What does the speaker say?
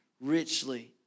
richly